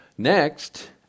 Next